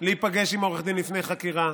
להיפגש עם עורך דין לפני חקירה.